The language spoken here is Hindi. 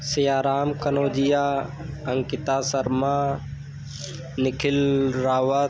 सियाराम कनौजिया अंकिता शर्मा निखिल रावत